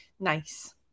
nice